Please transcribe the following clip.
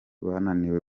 bananiwe